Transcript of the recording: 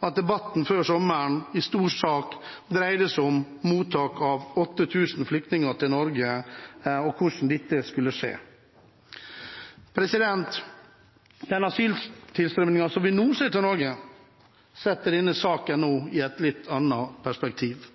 tid debatten før sommeren i stor grad dreide seg om mottak av 8 000 flyktninger til Norge, og om hvordan dette skulle skje. Den asyltilstrømmingen til Norge som vi nå ser, setter denne saken i et litt annet perspektiv.